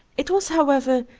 it was, however,